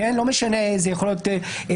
לא משנה איזו זה יכול להיות בעיתון,